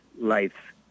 life